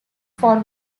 for